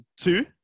two